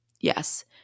Yes